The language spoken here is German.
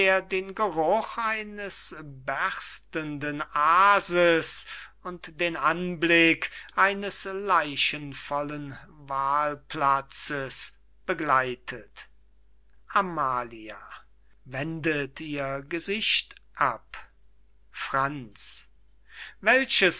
den geruch eines berstenden aases und den anblick eines leichenvollen wahlplatzes begleitet amalia wendet ihr gesicht ab franz welches